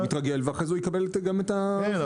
הוא יתרגל ואחרי זה הוא יקבל גם את הריבית.